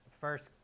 first